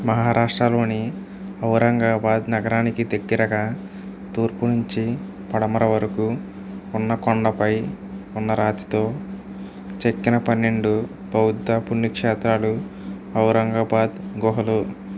మహారాష్ట్రలోని ఔరంగాబాద్ నగరానికి దగ్గరగా తూర్పు నుంచి పడమర వరకు ఉన్న కొండపై ఉన్న రాతితో చెక్కిన పన్నెండు బౌద్ధ పుణ్యక్షేత్రాలు ఔరంగాబాద్ గుహలు